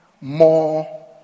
more